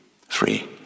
Free